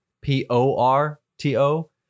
P-O-R-T-O